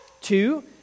Two